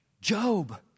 Job